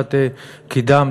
את קידמת,